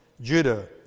Judah